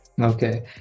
Okay